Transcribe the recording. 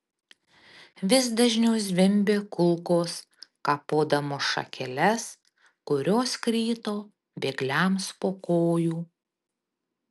vis dažniau zvimbė kulkos kapodamos šakeles kurios krito bėgliams po kojų